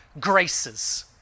graces